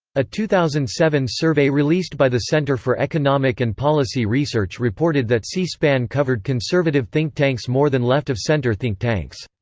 a two thousand and seven survey released by the center for economic and policy research reported that c-span covered conservative think tanks more than left-of-center think tanks.